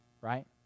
right